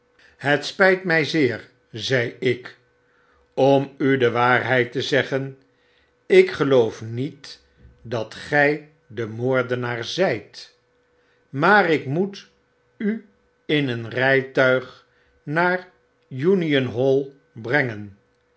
het s pyt my zeer zei ik m u de waarheid te zeggen ik geloof niet dat gij de moordenaar zy maar ik moet u in een rytuig naar union hall brengen